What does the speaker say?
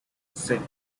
six